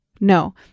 No